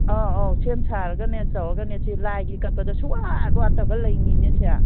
ꯑꯧ ꯑꯧ ꯁꯦꯝ ꯁꯥꯔꯒꯅꯦ ꯇꯧꯔꯒꯅꯦ ꯁꯤ ꯂꯥꯏꯒꯤ ꯀꯠꯄꯗ ꯁꯨꯡꯋꯥꯠ ꯋꯥꯠꯇꯕ ꯂꯩꯅꯤꯅꯦꯁꯦ